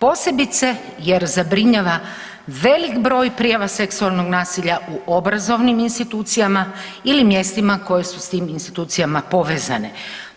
Posebice jer zabrinjava velik broj prijava seksualnog nasilja u obrazovnim institucijama ili mjestima koje su s tim institucijama povezane